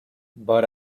but